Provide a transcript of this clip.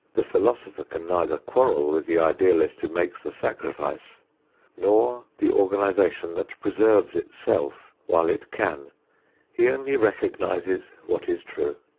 the philosopher can neither quarrel with the idealist who makes the sacrifice nor the organization that preserves itself while it can he only recognizes what is true.